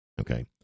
Okay